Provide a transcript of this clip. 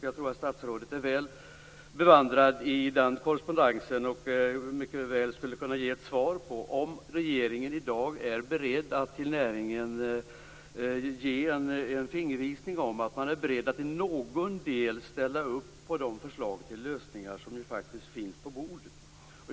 Jag tror att statsrådet är väl bevandrad i den korrespondensen och skulle kunna ge ett svar på frågan om regeringen i dag kan ge en fingervisning till näringen om att man är beredd att i någon del ställa upp på de förslag till lösningar som faktiskt ligger på bordet.